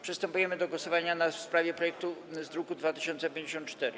Przystępujemy do głosowania w sprawie projektu z druku nr 2054.